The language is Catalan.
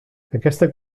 aquesta